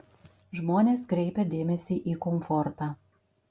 žmonės kreipia dėmesį į komfortą